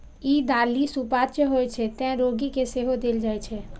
ई दालि सुपाच्य होइ छै, तें रोगी कें सेहो देल जाइ छै